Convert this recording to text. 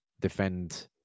defend